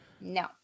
No